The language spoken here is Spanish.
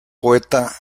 poeta